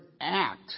act